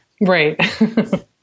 Right